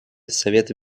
совета